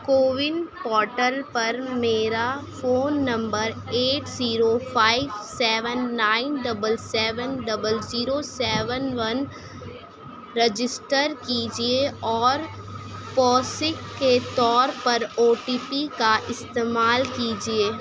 CoWIN portal پر میرا phone number eight zero five seven nine double seven double zero seven one register کیجیے اور پوثق کے طور پر او ٹی پی کا استعمال کیجیے